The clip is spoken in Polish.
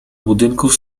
budynków